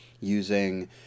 using